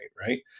right